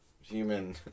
human